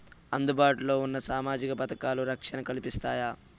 అందుబాటు లో ఉన్న సామాజిక పథకాలు, రక్షణ కల్పిస్తాయా?